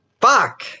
Fuck